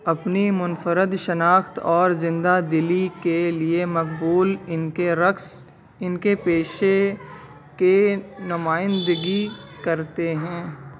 اپنی منفرد شناخت اور زندہ دلی کے لیے مقبول ان کے رقص ان کے پیشے کی نمائندگی کرتے ہیں